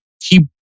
keep